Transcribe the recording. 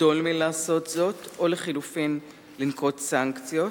לחדול מלעשות זאת או לחלופין לנקוט סנקציות?